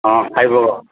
ହଁ ଖାଇବ